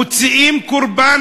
מוצאים קורבן,